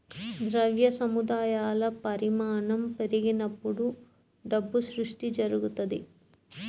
ద్రవ్య సముదాయాల పరిమాణం పెరిగినప్పుడు డబ్బు సృష్టి జరుగుతది